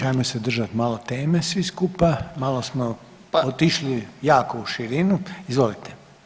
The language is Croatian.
Ajmo se držat malo teme svi skupa, malo smo otišli jako u širinu, izvolite.